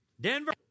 Denver